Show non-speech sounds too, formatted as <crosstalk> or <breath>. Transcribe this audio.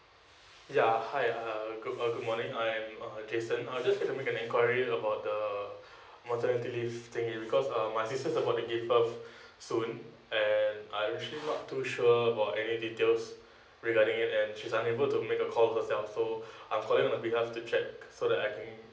ya hi uh good uh good morning I am uh jason I'll just going to make an enquiry about the <breath> maternity leave thing because um my sister about to give birth <breath> soon and I actually not too sure about any details <breath> regarding and she's unable to make a call herself so <breath> I'm calling on behalf to check so that I can